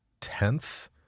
tense